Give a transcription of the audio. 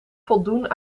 voldoen